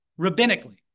rabbinically